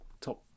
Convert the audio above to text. top